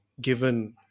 given